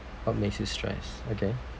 what makes you stress okay